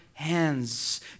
hands